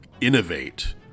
Innovate